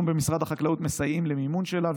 אנחנו במשרד החקלאות מסייעים במימון שלה,